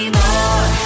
more